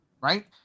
Right